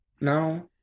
now